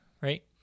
right